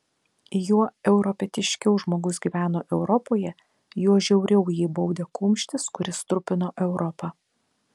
juo europietiškiau žmogus gyveno europoje juo žiauriau jį baudė kumštis kuris trupino europą